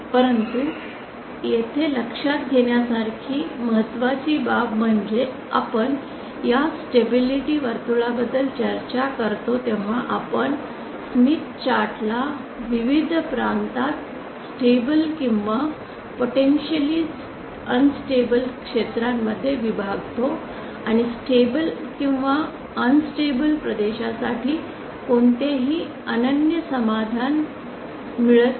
परंतु येथे लक्षात घेण्यासारखी महत्त्वाची बाब म्हणजे आपण जेव्हा या स्टेबिलिटी वर्तुळाबद्दल चर्चा करतो तेव्हा आपण स्मिथ चार्ट ला विविध प्रांतात स्टेबल किंवा पोटेंशिअलि अनन्स्टेबल क्षेत्रांमध्ये विभागतो आणि स्टेबल किंवा अनन्स्टेबल प्रदेशासाठी कोणतेही अनन्य समाधान मिळत नाही